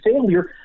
failure